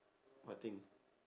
what thing